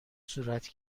صورت